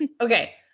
Okay